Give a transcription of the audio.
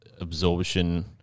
absorption